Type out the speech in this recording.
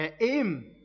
aim